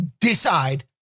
decide